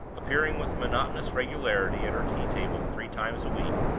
appearing with monotonous regularity at her tea-table three times a week,